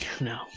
No